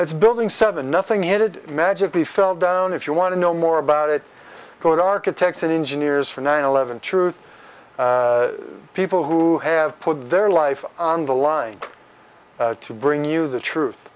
it's building seven nothing headed magically fell down if you want to know more about it go to architects and engineers for nine eleven truth people who have put their life on the line to bring you the truth